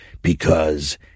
because